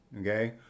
Okay